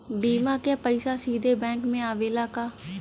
बीमा क पैसा सीधे बैंक में आवेला का?